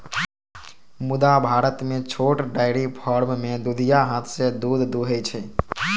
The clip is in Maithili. मुदा भारत मे छोट डेयरी फार्म मे दुधिया हाथ सं दूध दुहै छै